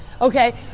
okay